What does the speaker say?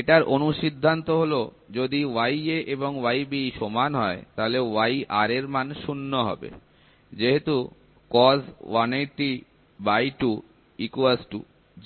এটার অনুসিদ্ধান্ত হল যদি ya এবং yb সমান হয় তাহলে yr এর মান শূন্য হবে যেহেতু cos